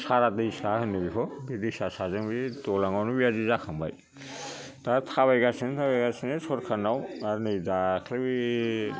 सारा दैसा होनो बेखौ बे दैसा साजों बे दलांआवनो बेबायदि जाखांबाय दा थाबायगासिनो होगासिनो सरकारनाव आर नै दाख्लै